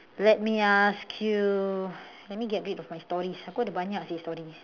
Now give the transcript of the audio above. let me ask you let me get rid of my stories aku ada banyak seh stories